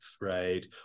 right